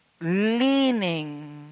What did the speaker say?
leaning